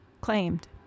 claimed